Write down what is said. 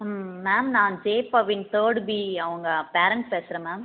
ம் மேம் நான் ஜெ பவீன் தேர்ட் பி அவங்க பேரெண்ட் பேசுகிறேன் மேம்